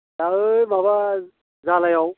दा ओइ माबा जालायाव